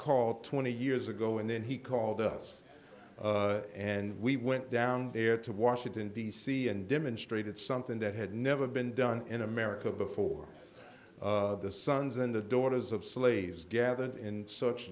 called twenty years ago and then he called us and we went down there to washington d c and demonstrated something that had never been done in america before the sons and the daughters of slaves gathered in such